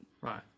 right